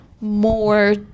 more